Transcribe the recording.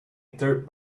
dirt